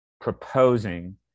proposing